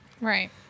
Right